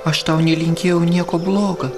aš tau nelinkėjau nieko bloga